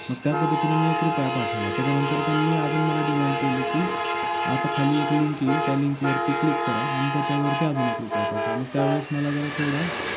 मग त्या पद्धतीने मी एक रुपया पाठवला त्याच्यानंतर त्यांनी अजून मला डिमांड केली की आता खाली एक लिंक येईल त्या लिंकवरती क्लिक करा आणि त्याच्यावरती अजून एक रुपया पाठवा मग त्यावेळेस मला जरा थोडा